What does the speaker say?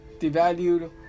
devalued